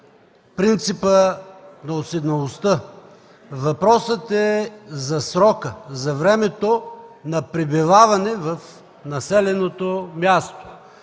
принципа на уседналостта, въпросът е за срока, за времето на пребиваване в населеното място.